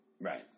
Right